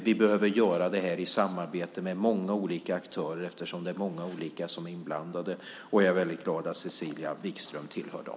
Vi behöver göra det här i samarbete med många olika aktörer eftersom det är många olika som är inblandade, och jag är väldigt glad att Cecilia Wikström tillhör dem.